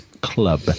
club